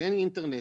כשאין אינטרנט,